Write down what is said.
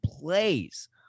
plays